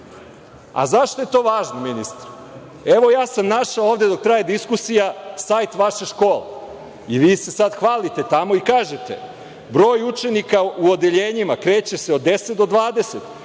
je to važno, ministre? Evo, ja sam našao ovde dok traje diskusija sajt vaše škole. Vi se sad hvalite tamo i kažete – broj učenika u odeljenjima kreće se od 10 do 20,